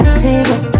table